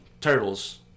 Turtles